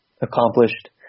accomplished